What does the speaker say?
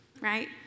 Right